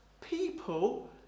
people